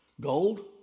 Gold